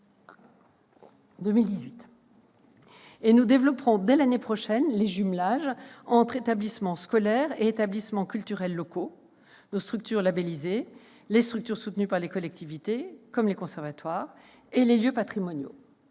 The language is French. nous développerons dès l'année prochaine les jumelages entre établissements scolaires et établissements culturels locaux : nos structures labellisées, les structures soutenues par les collectivités, comme les conservatoires, et les lieux patrimoniaux.